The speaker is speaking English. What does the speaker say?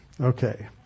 Okay